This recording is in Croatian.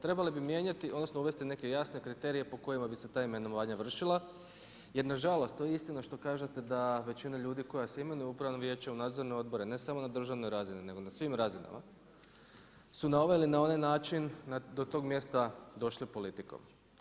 Trebali bi mijenjati, odnosno, uvesti neke jasne kriterije po kojima se ta imenovanja vršila, jer nažalost, to je istina što kažete, da većina ljudi koja se imenuje upravnom vijeću ili nadzorne odbore, ne samo na državnom razini, nego na svim razinama, su na ovaj ili na onaj način do tog mjesta došli politikom.